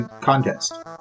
contest